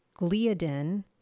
gliadin